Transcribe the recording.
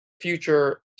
future